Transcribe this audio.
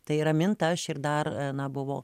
tai raminta aš ir dar na buvo